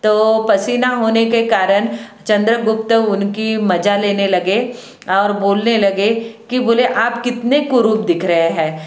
तो पसीना होने के कारण चंद्रगुप्त उनकी मजा लेने लगे और बोलने लगे कि बोले आप कितने कुरूप दिख रहे हैं